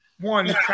one